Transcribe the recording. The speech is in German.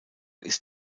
ist